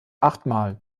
achtmal